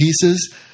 pieces